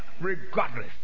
regardless